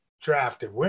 drafted